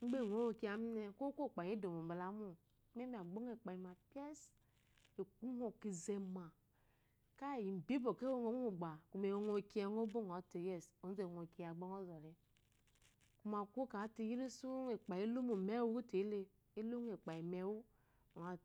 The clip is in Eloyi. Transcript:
gba egye ro kiye mune ko okokpayi edomo balawumo memi agbongo ekpayime pes ekungo kezeme kai imbe bwɔkwɔ ewomo mogbe kume engo kiyɔ ngobo ngo zote ozu eningo kiye gne ngo zole kume kosu ekpayi lomo mewuwutele elongo ekpayi meŋu ngo